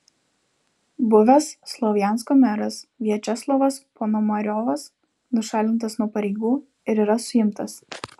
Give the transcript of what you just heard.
buvęs slovjansko meras viačeslavas ponomariovas nušalintas nuo pareigų ir yra suimtas